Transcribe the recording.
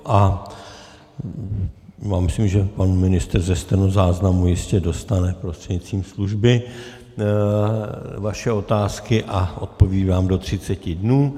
Já myslím, že pan ministr ze stenozáznamu jistě dostane prostřednictvím služby vaše otázky a odpoví vám do 30 dnů.